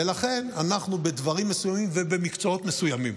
ולכן בדברים מסוימים ובמקצועות מסוימים